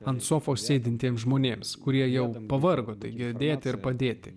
ant sofos sėdintiems žmonėms kurie jau pavargo tai girdėti ir padėti